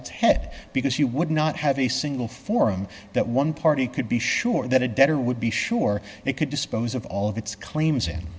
head because you would not have a single forum that one party could be sure that a debtor would be sure they could dispose of all of its claims